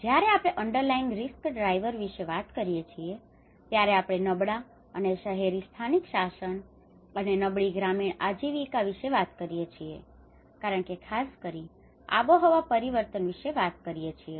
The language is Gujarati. જ્યારે આપણે અન્ડરલાયિંગ રિસ્ક ડ્રાઈવર વિશે વાત કરીએ છીએ ત્યારે આપણે નબળા અને શહેરી સ્થાનિક શાસન અને નબળી ગ્રામીણ આજીવિકા વિશે વાત કરીએ છીએ કારણ કે ખાસ કરીને આબોહવા પરિવર્તન વિશે વાત કરીએ છીએ